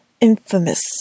infamous